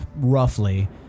roughly